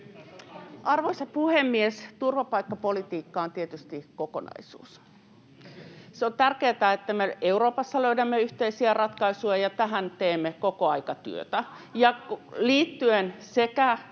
Arvoisa puhemies! Turvapaikkapolitiikka on tietysti kokonaisuus. On tärkeätä, että me Euroopassa löydämme yhteisiä ratkaisuja, ja tähän teemme koko aika työtä